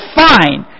fine